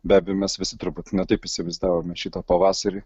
beabejo mes visi truputį ne taip įsivaizdavome šitą pavasarį